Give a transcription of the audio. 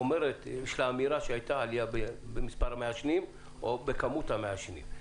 אומרת שהייתה עלייה במספר המעשנים או בכמות המעשנים.